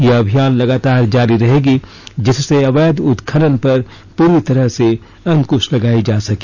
यह अभियान लगातार जारी रहेगी जिससे अवैध उत्खनन पर पूरी तरह से अंकुश लगाई जा सके